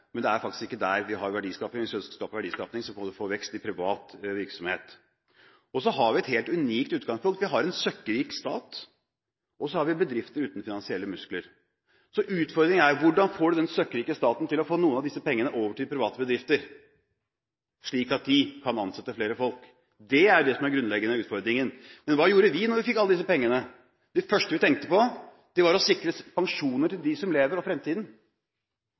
vi ønsker verdiskaping, må vi få vekst i privat virksomhet. Så har vi et helt unikt utgangspunkt. Vi har en søkkrik stat. Og så har vi bedrifter uten finansielle muskler. Så utfordringen er: Hvordan får vi den søkkrike staten til å få noen av disse pengene over til private bedrifter, slik at de kan ansette flere folk? Det er det som er den grunnleggende utfordringen. Men hva gjorde vi da vi fikk alle disse pengene? Det første vi tenkte på, var å sikre pensjoner til dem som lever, og for fremtiden. For en tid tilbake sa statsråden at vi trengte 5 000 mrd. kr for å sikre pensjoner i fremtiden